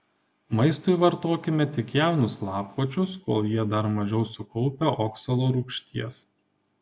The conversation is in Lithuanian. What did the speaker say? maistui vartokime tik jaunus lapkočius kol jie dar mažiau sukaupę oksalo rūgšties